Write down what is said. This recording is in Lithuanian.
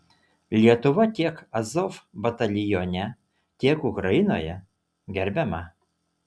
lietuva tiek azov batalione tiek ukrainoje gerbiama